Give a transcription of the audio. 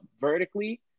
vertically